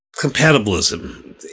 compatibilism